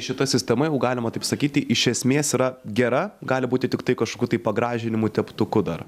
šita sistema jau galima taip sakyti iš esmės yra gera gali būti tiktai kažkų tai pagražinimų teptuku dar